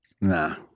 Nah